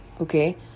Okay